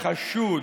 החשוד,